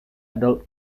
adult